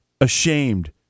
ashamed